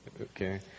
Okay